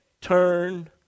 turn